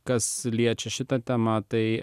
kas liečia šitą temą tai